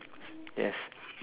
yes